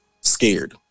scared